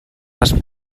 les